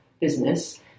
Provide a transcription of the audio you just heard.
business